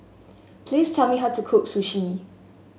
please tell me how to cook Sushi